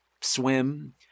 swim